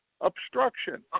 obstruction